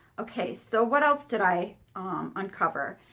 okay, so what else did i uncover?